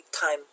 time